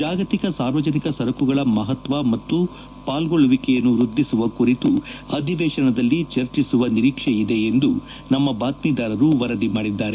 ಜಾಗತಿಕ ಸಾರ್ವಜನಿಕ ಸರಕುಗಳ ಮಹತ್ವ ಮತ್ತು ಪಾಲ್ಗೊಳ್ಳುವಿಕೆಯನ್ನು ವೃದ್ದಿಸುವ ಕುರಿತು ಅಧಿವೇಶನದಲ್ಲಿ ಚರ್ಚಿಸುವ ನಿರೀಕ್ಷೆ ಇದೆ ಎಂದು ನಮ್ನ ಬಾತ್ತೀದಾರರು ವರದಿ ಮಾಡಿದ್ದಾರೆ